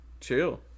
Chill